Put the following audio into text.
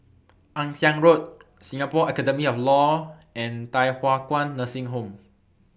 Ann Siang Road Singapore Academy of law and Thye Hua Kwan Nursing Home